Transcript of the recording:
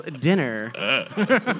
dinner